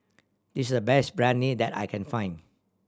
this is the best Biryani that I can find